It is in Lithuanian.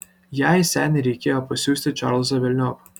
jai seniai reikėjo pasiųsti čarlzą velniop